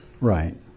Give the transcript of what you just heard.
Right